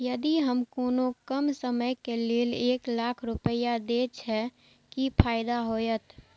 यदि हम कोनो कम समय के लेल एक लाख रुपए देब छै कि फायदा होयत?